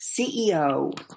CEO